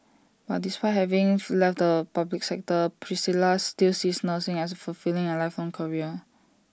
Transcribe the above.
but despite having left the public sector Priscilla still sees nursing as A fulfilling and lifelong career